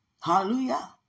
Hallelujah